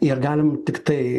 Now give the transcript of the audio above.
ir galim tiktai